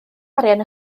arian